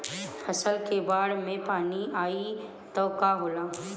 फसल मे बाढ़ के पानी आई त का होला?